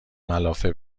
ملافه